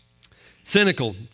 Cynical